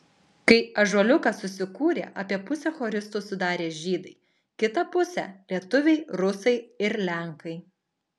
kai ąžuoliukas susikūrė apie pusę choristų sudarė žydai kitą pusę lietuviai rusai ir lenkai